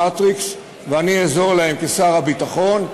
"מטריקס" ואני אעזור להם כשר הביטחון,